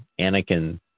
Anakin